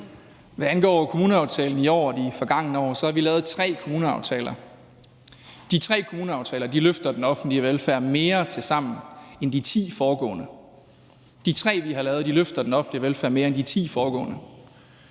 Hvad angår kommuneaftalen i år og de forgangne år, har vi lavet tre kommuneaftaler. De tre kommuneaftaler løfter tilsammen den offentlige velfærd mere end de ti foregående. De tre, vi har lavet, løfter den offentlige velfærd mere end de ti foregående.